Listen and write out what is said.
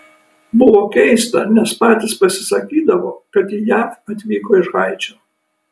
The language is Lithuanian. buvo keista nes patys pasisakydavo kad į jav atvyko iš haičio